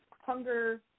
hunger